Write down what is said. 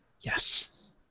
Yes